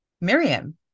Miriam